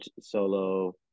solo